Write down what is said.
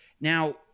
now